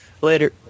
Later